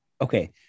okay